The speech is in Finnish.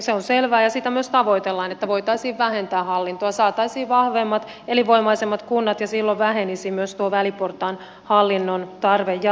se on selvä ja sitä myös tavoitellaan että voitaisiin vähentää hallintoa saataisiin vahvemmat elinvoimaisemmat kunnat ja silloin vähenisi myös tuo väliportaan hallinnon tarve jatkossa